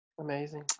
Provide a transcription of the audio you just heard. Amazing